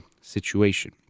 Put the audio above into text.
situation